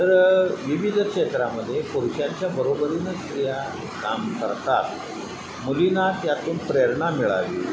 तर विविध क्षेत्रामध्ये पुरुषांच्या बरोबरीने स्त्रिया काम करतात मुलींना त्यातून प्रेरणा मिळावी